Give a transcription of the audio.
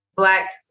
Black